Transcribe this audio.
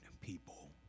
people